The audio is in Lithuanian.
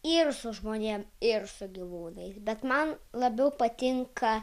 ir su žmonėm ir su gyvūnais bet man labiau patinka